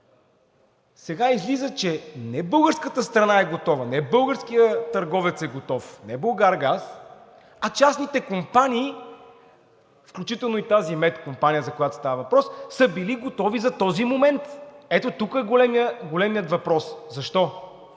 сега излиза, че не българската страна е готова, не българският търговец е готов, не „Булгаргаз“, а частните компании, включително и тази МЕТ компания, за която става въпрос, са били готови за този момент. Ето тук е големият въпрос: защо?